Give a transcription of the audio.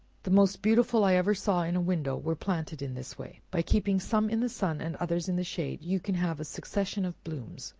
the most beautiful i ever saw in a window, were planted in this way, by keeping some in the sun, and others in the shade you can have a succession of blooms,